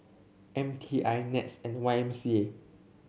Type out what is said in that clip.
M T I NETS and Y M C A